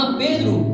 pedro